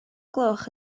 gloch